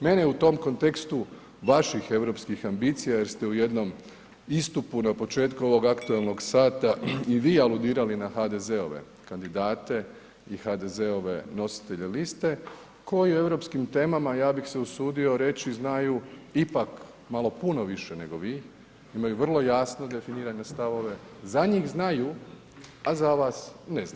Mene u tom kontekstu vaših europskih ambicija jer ste u jednom istupu na početku ovog aktualnog sata i vi aludirali na HDZ-ove kandidate i HDZ-ove nositelje liste koji o europskim temama, ja bih se usudio reći, znaju ipak malo puno više nego vi, imaju vrlo jasno definirane stavove, za njih znaju, a za vas ne znaju.